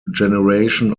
generation